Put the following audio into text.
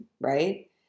right